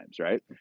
right